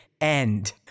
end